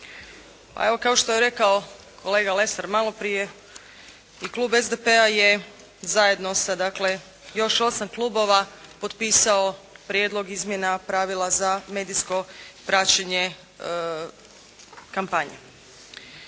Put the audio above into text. evo, kao što je rekao kolega Lesar maloprije i klub SDP-a je zajedno sa dakle još osam klubova potpisao prijedlog izmjena pravila za medijsko praćenje kampanje.